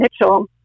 Mitchell